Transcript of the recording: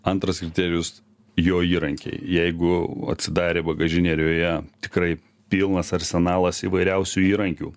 antras kriterijus jo įrankiai jeigu atsidarė bagažinę ir joje tikrai pilnas arsenalas įvairiausių įrankių